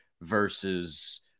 versus